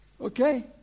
Okay